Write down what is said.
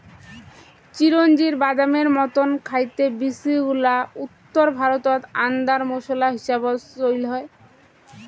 চিরোঞ্জির বাদামের মতন খাইতে বীচিগুলা উত্তর ভারতত আন্দার মোশলা হিসাবত চইল হয়